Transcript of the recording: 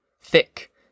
thick